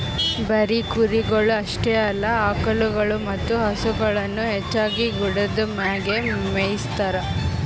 ಬರೀ ಕುರಿಗೊಳ್ ಅಷ್ಟೆ ಅಲ್ಲಾ ಆಕುಳಗೊಳ್ ಮತ್ತ ಹಸುಗೊಳನು ಹೆಚ್ಚಾಗಿ ಗುಡ್ಡದ್ ಮ್ಯಾಗೆ ಮೇಯಿಸ್ತಾರ